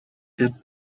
add